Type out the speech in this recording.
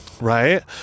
Right